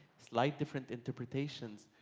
slight different interpretations,